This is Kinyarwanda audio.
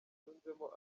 yunzemo